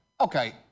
Okay